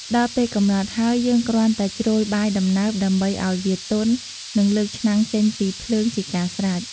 ដល់់ពេលកំណត់ហើយ យើងគ្រាន់តែជ្រោយបាយដំណើប ដើម្បីឱ្យវាទន់ និង លើកឆ្នាំងចេញពីភ្លើងជាការស្រេច។